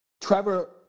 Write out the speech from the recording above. Trevor